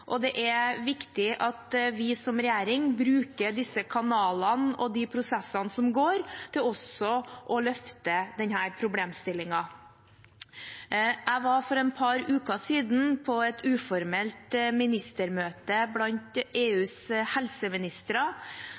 og det er viktig at vi som regjering bruker disse kanalene og de prosessene som går, til også å løfte denne problemstillingen. For et par uker siden var jeg på et uformelt ministermøte blant EUs helseministre,